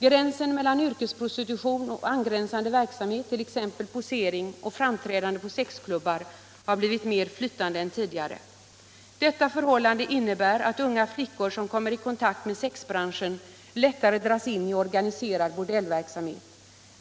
Gränsen mellan yrkesprostitution och angränsande verksamhet, t.ex. posering och framträdande på sexklubbar, har blivit mer flytande än tidigare. Detta förhållande innebär att unga flickor som kommer i kontakt med sexbranschen lättare dras in i organiserad bordellverksamhet.